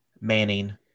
Manning